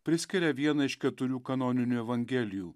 priskiria vieną iš keturių kanoninių evangelijų